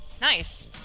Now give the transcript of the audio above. Nice